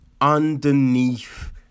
underneath